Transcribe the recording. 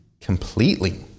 completely